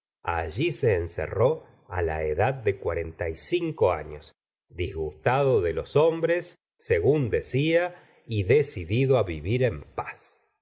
allí se encerró la edad de cuarenta y cinco años disgustado de los hombres según decía y decidido á vivir en paz